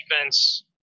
defense